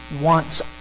wants